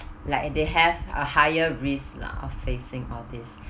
like they have a higher risk lah of facing all these